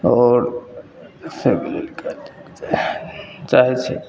आओर सभ मिलिके चाहै छै